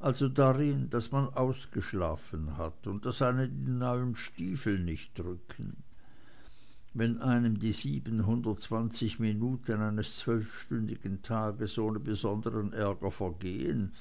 also darin daß man ausgeschlafen hat und daß die neuen stiefel nicht drücken wenn einem die sieben minuten eines zwölfstündigen tages ohne besonderen ärger vergehen